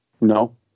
no